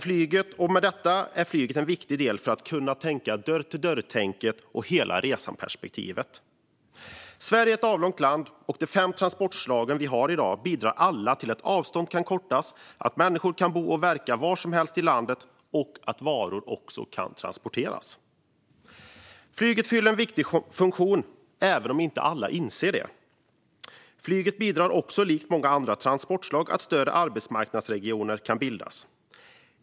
Flyget är dock en viktig del av dörr-till-dörr-tänket och hela-resan-perspektivet. Sverige är ett avlångt land, och de fem transportslag vi har i dag bidrar alla till att avstånd kan kortas, att människor kan bo och verka var som helst i landet och att varor kan transporteras. Flyget fyller en viktig funktion, även om alla inte inser det. Flyget bidrar också, likt många andra transportslag, till att större arbetsmarknadsregioner kan bildas.